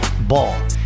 Ball